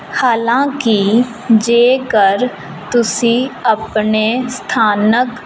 ਹਾਲਾਂਕਿ ਜੇਕਰ ਤੁਸੀਂ ਆਪਣੇ ਸਥਾਨਕ